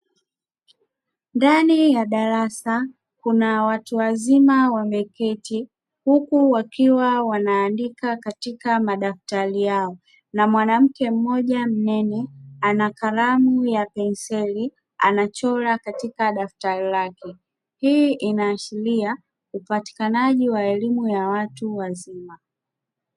Ndani ya darasa kuna watu wazima wameketi huku wakiwa wanaandika katika madaftari yao, na mwanamke mmoja mnene ana kalamu ya penseli anachora katika daftari lake. Hii inaashiria upatikanaji wa elimu ya watu wazima.